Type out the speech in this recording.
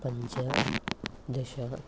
पञ्च दश